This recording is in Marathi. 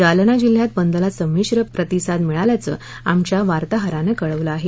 जालना जिल्ह्यात बंदला संमिश्र प्रतिसाद मिळाल्याचं आमच्या वार्ताहरानं कळवलं आहे